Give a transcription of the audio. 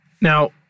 Now